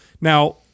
Now